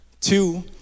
two